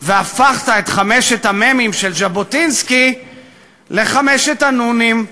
והפכת את חמשת המ"מים של ז'בוטינסקי לחמשת הנו"נים,